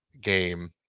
game